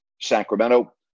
Sacramento